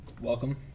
Welcome